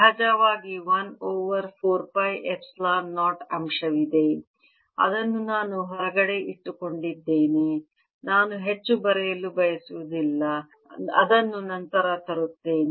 ಸಹಜವಾಗಿ 1 over 4 pi epsilon 0 ಅಂಶವಿದೆ ಅದನ್ನು ನಾನು ಹೊರಗಡೆ ಇಟ್ಟುಕೊಂಡಿದ್ದೇನೆ ನಾನು ಹೆಚ್ಚು ಬರೆಯಲು ಬಯಸುವುದಿಲ್ಲ ಅದನ್ನು ನಂತರ ತರುತ್ತೇನೆ